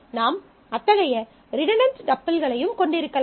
நாம் அத்தகைய ரிடன்டன்ட் டப்பிள்களையும் கொண்டிருக்கலாம்